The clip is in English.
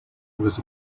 with